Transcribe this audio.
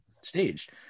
staged